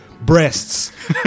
Breasts